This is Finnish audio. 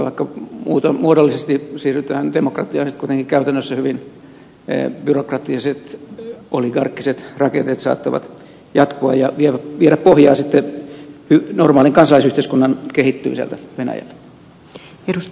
vaikka muuten muodollisesti siirrytään demokratiaan niin sitten kuitenkin käytännössä hyvin byrokraattiset oligarkkiset rakenteet saattavat jatkua ja viedä pohjaa normaalin kansalaisyhteiskunnan kehittymiseltä venäjällä